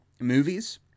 movies